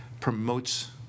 promotes